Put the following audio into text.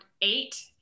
eight